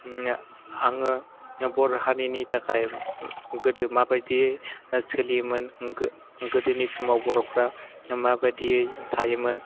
आङो बर' हारिनि थाखाय गोदो माबायदियै सोलियोमोन गोदोनि समाव बर'फ्रा माबायदियै थायोमोन